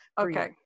Okay